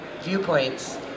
viewpoints